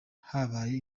habaye